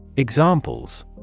Examples